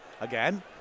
again